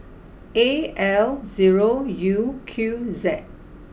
A L zero U Q Z